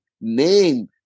name